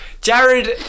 Jared